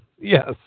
Yes